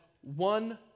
one